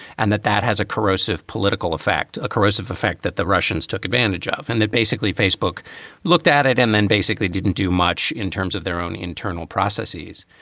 and that that has a corrosive political effect, a corrosive effect that the russians took advantage of, and that basically facebook looked at it and then basically didn't do much in terms of their own internal processes.